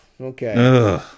okay